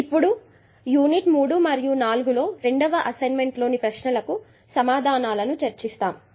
ఇప్పుడు యూనిట్ 3 మరియు నాలుగు లో రెండవ అసైన్మెంట్లోని ప్రశ్నలకు సమాధానాలను చర్చిస్తాను